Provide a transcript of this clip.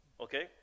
okay